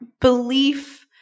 belief